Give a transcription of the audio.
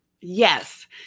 Yes